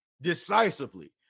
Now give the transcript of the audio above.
Decisively